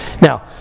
Now